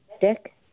Dick